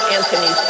Anthony